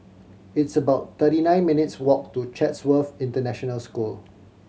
it's about thirty nine minutes' walk to Chatsworth International School